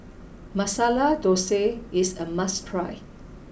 Masala Dosa is a must try